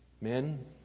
Men